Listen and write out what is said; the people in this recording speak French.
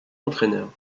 entraîneur